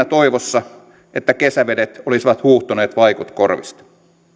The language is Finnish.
toivossa että kesävedet olisivat huuhtoneet vaikut korvista